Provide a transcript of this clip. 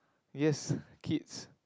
yes kids